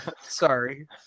sorry